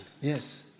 yes